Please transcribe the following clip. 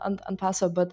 ant ant paso bet